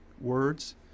words